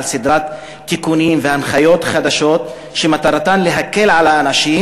סדרת תיקונים והנחיות חדשות שמטרתן להקל על האנשים,